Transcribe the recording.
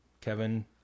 Kevin